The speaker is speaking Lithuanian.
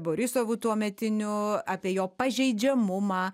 borisovu tuometiniu apie jo pažeidžiamumą